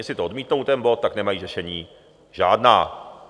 Jestli to odmítnou, ten bod, tak nemají řešení žádná.